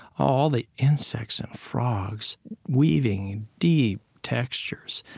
all the insects and frogs weaving deep textures.